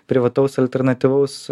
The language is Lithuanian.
privataus alternatyvaus